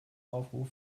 aufruf